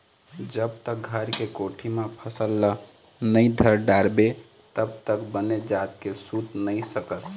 जब तक घर के कोठी म फसल ल नइ धर डारबे तब तक बने जात के सूत नइ सकस